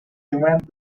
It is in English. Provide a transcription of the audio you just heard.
demand